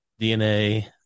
DNA